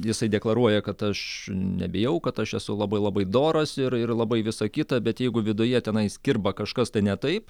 jisai deklaruoja kad aš nebijau kad aš esu labai labai doras ir ir labai visa kita bet jeigu viduje tenais kirba kažkas tai ne taip